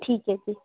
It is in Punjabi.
ਠੀਕ ਹੈ ਜੀ